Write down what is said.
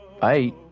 bye